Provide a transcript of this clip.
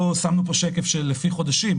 לא שמנו פה שקף לפי חודשים,